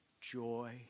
joy